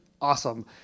Awesome